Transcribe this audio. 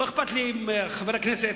לא אכפת לי אם חבר הכנסת